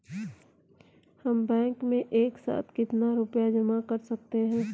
हम बैंक में एक साथ कितना रुपया जमा कर सकते हैं?